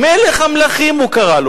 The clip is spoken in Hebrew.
"מלך המלכים" הוא קרא לו.